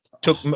Took